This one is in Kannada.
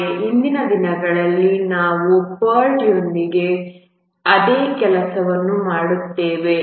ಆದರೆ ಇಂದಿನ ದಿನಗಳಲ್ಲಿ ನಾವು PERT ಯೊಂದಿಗೆ ಅದೇ ಕೆಲಸವನ್ನು ಮಾಡುತ್ತೇವೆ